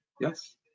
yes